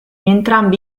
entrambi